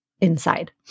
inside